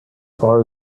far